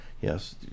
Yes